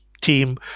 team